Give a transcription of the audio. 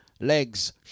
Legs